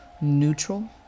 neutral